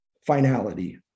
finality